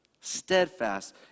Steadfast